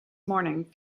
morning